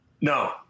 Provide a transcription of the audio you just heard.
no